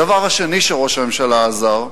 הדבר השני שראש הממשלה עזר בו,